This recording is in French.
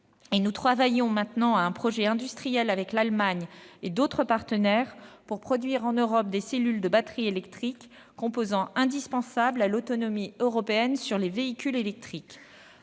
Nous travaillons maintenant à un projet industriel avec l'Allemagne et d'autres partenaires pour produire en Europe des cellules de batteries électriques, composant indispensable à l'autonomie européenne sur les véhicules électriques.